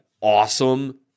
awesome